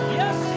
yes